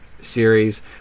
series